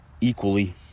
equally